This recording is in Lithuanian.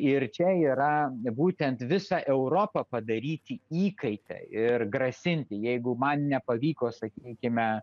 ir čia yra būtent visą europą padaryti įkaite ir grasinti jeigu man nepavyko sakykime